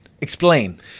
explain